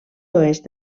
oest